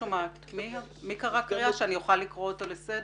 מי דיבר אחד כדי שאני אוכל לקרוא אותו לסדר?